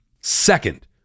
Second